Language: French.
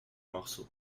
morceau